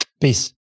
peace